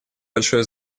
большое